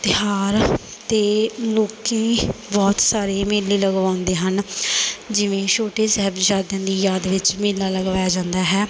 ਤਿਉਹਾਰ 'ਤੇ ਲੋਕੀ ਬਹੁਤ ਸਾਰੇ ਮੇਲੇ ਲਗਵਾਉਂਦੇ ਹਨ ਜਿਵੇਂ ਛੋਟੇ ਸਾਹਿਬਜ਼ਾਦਿਆਂ ਦੀ ਯਾਦ ਵਿੱਚ ਮੇਲਾ ਲਗਵਾਇਆ ਜਾਂਦਾ ਹੈ